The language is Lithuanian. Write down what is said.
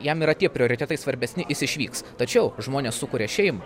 jam yra tie prioritetai svarbesni jis išvyks tačiau žmonės sukuria šeimą